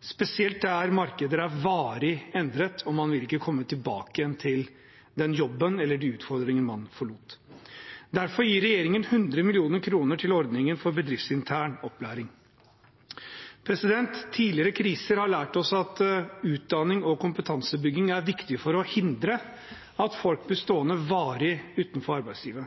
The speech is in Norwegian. spesielt der markeder er varig endret, og man ikke vil komme tilbake til den jobben eller den utfordringen man forlot. Derfor gir regjeringen 100 mill. kr til ordningen for bedriftsintern opplæring. Tidligere kriser har lært oss at utdanning og kompetansebygging er viktig for å hindre at folk blir stående varig utenfor arbeidslivet.